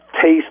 taste